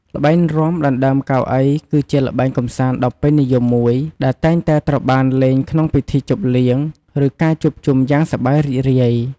ល្បែងរាំដណ្តើមកៅអី គឺជាល្បែងកម្សាន្តដ៏ពេញនិយមមួយ ដែលតែងតែត្រូវបានលេងក្នុងពិធីជប់លៀង ឬការជួបជុំយ៉ាងសប្បាយរីករាយ។